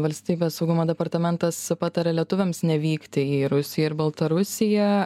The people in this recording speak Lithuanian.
valstybės saugumo departamentas pataria lietuviams nevykti į rusiją ir baltarusiją